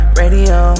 radio